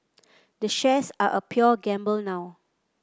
the shares are a pure gamble now